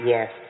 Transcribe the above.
Yes